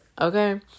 okay